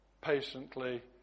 patiently